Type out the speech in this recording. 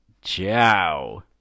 ciao